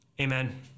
Amen